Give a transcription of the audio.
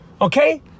Okay